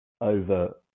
over